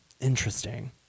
Interesting